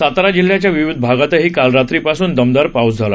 सातारा जिल्ह्याच्या विविध भागातही काल रात्री पासून दमदार पाऊस झाला